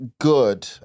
good